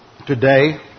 Today